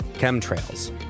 chemtrails